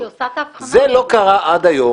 היא עושה את ההבחנה --- זה לא קרה עד היום.